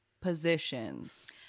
positions